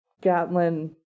Gatlin